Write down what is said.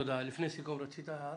חבר הכנסת אשר, רצית להעיר?